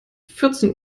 vierzehn